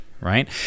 Right